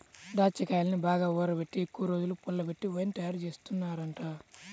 దాచ్చాకాయల్ని బాగా ఊరబెట్టి ఎక్కువరోజులు పుల్లబెట్టి వైన్ తయారుజేత్తారంట